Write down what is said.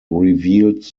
revealed